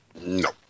No